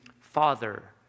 father